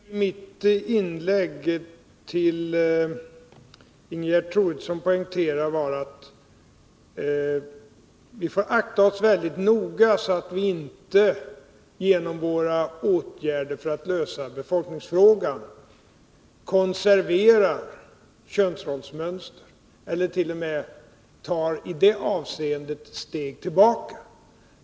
Herr talman! Vad jag i mitt inlägg till Ingegerd Troedsson för det första ville poängtera var att vi får akta oss väldigt noga, så att vi inte genom våra åtgärder för att lösa befolkningsfrågan konserverar könsrollsmönstren eller t.o.m. i det avseendet tar steg tillbaka.